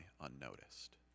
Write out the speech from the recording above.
unnoticed